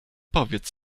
powiedz